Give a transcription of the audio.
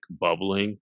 bubbling